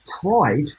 pride